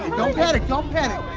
don't panic, don't panic.